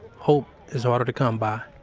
hope is harder to come by.